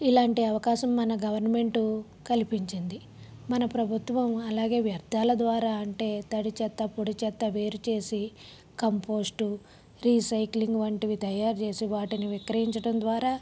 ఇలాంటి అవకాశం మన గవర్నమెంట్ కల్పించింది మన ప్రభుత్వం అలాగే వ్యర్ధాల ద్వారా అంటే తడి చెత్త పొడి చెత్త వేరు చేసి కంపోస్టు రీసైక్లింగ్ వంటివి తయారు చేసి వాటిని విక్రయించడం ద్వారా